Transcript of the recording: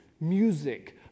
music